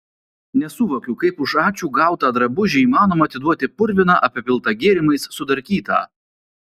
nesuvokiu kaip už ačiū gautą drabužį įmanoma atiduoti purviną apipiltą gėrimais sudarkytą